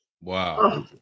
Wow